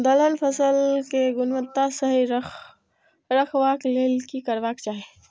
दलहन फसल केय गुणवत्ता सही रखवाक लेल की करबाक चाहि?